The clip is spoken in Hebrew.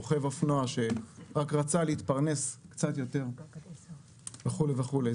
רוכב אופנוע שרק רצה להתפרנס קצת יותר וכו' וכו'.